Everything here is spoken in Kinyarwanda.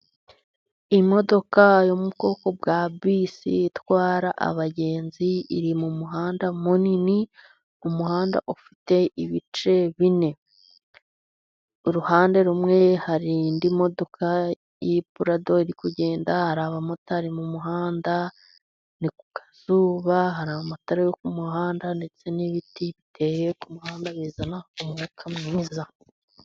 Imodoka yo mu bwoko bwa bisi itwara abagenzi, iri mu muhanda munini ,umuhanda ufite ibice bine, uruhande rumwe hari indi modoka y'ipurado iri kugenda, hari abamotari mu muhanda ,ni ku kazuba ,hari amatara yo muhanda, ndetse n'ibiti biteye ku muhanda bizana umwuka mwiza.